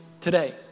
today